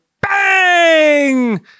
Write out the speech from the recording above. Bang